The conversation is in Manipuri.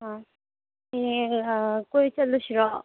ꯑꯥ ꯍꯌꯦꯡ ꯀꯣꯏ ꯆꯠꯂꯨꯁꯤꯔꯣ